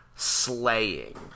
slaying